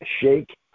shake